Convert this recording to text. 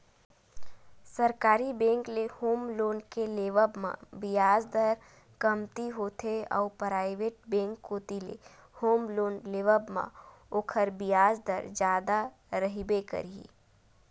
सरकारी बेंक ले home loan के लेवब म बियाज दर कमती होथे अउ पराइवेट बेंक कोती ले होम लोन लेवब म ओखर बियाज दर जादा रहिबे करही